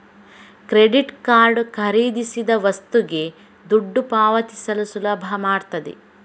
credit card ಖರೀದಿಸಿದ ವಸ್ತುಗೆ ದುಡ್ಡು ಪಾವತಿಸಲು ಸುಲಭ ಮಾಡ್ತದೆ